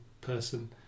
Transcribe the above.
person